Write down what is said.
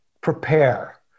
prepare